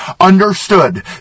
understood